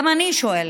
גם אני שואלת.